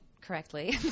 correctly